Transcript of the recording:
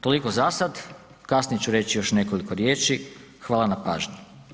Toliko zasad, kasnije ću reći još nekoliko riječi, hvala na pažnji.